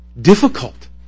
difficult